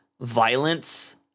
violence